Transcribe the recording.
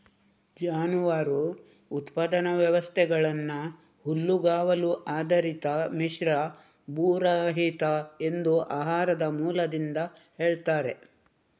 ಜಾನುವಾರು ಉತ್ಪಾದನಾ ವ್ಯವಸ್ಥೆಗಳನ್ನ ಹುಲ್ಲುಗಾವಲು ಆಧಾರಿತ, ಮಿಶ್ರ, ಭೂರಹಿತ ಎಂದು ಆಹಾರದ ಮೂಲದಿಂದ ಹೇಳ್ತಾರೆ